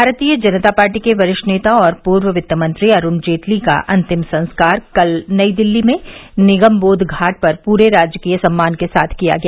भारतीय जनता पार्टी के वरिष्ठ नेता और पूर्व वित्तमंत्री अरूण जेटली का अंतिम संस्कार कल नई दिल्ली में निगम बोघ घाट पर पूरे राजकीय सम्मान के साथ किया गया